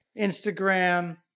Instagram